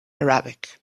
arabic